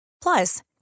Plus